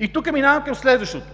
И тук минаваме към следващото.